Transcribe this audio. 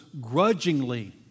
grudgingly